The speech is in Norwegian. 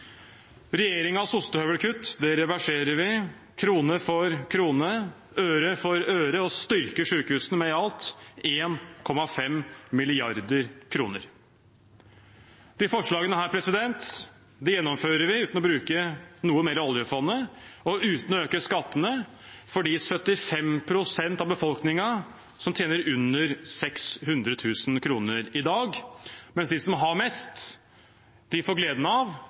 ostehøvelkutt reverserer vi krone for krone, øre for øre, og vi styrker sykehusene med i alt 1,5 mrd. kr. Disse forslagene gjennomfører vi uten å bruke noe mer av oljefondet og uten å øke skattene for de 75 pst. av befolkningen som tjener under 600 000 kr i dag. Og de som har mest, får gleden av